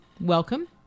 welcome